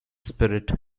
spirit